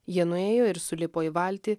jie nuėjo ir sulipo į valtį